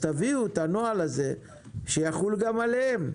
אבל תביאו את הנוהל הזה שיחול גם עליהם.